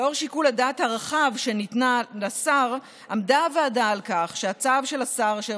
לאור שיקול הדעת הרחב שניתן לשר עמדה הוועדה על כך שהצו של השר אשר